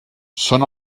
són